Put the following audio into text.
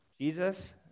Jesus